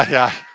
ah yeah,